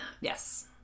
Yes